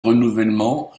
renouvellement